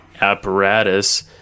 apparatus